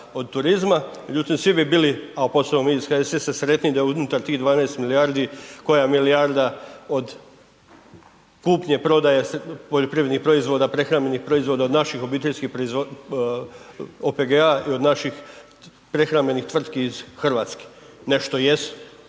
od turizma. Međutim, svi bi bili, a posebno mi iz HSS-a sretni da unutar tih 12 milijardi koja milijarda od kupnje, prodaje, poljoprivrednih proizvoda, prehrambenih proizvoda, od naših obiteljskih OPG-a i od naših prehrambenih tvrtki iz RH, nešto jesu